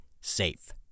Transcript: safe